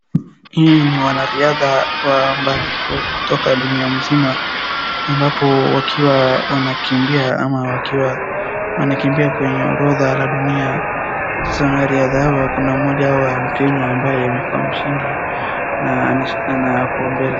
Hii ni wanariadha wa mbali kutoka dunia mzima, ambapo wakiwa wanakimbia ama wakiwa wanakimbia kwenye orodha la dunia, sasa wanariadha hawa kuna mmoja wa mkenya ambaye amekua mshindi, na ana hapo mbele.